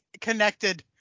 connected